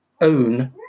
own